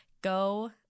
go